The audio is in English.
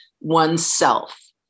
oneself